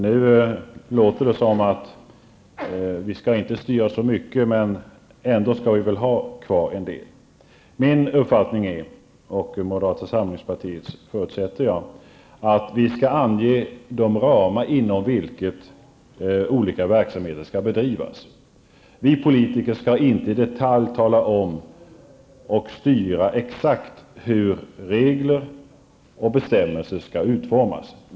Nu låter det som om vi inte skall styra så mycket, men att vi väl ändå skall ha kvar en del styrning. Min och, som jag förutsätter, även moderata samlingspartiets uppfattning är att vi skall ange de ramar inom vilka olika verksamheter skall bedrivas. Vi politiker skall inte i detalj tala om och exakt styra med regler och bestämmelser hur allt skall utformas.